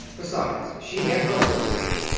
besides, she had her work to do.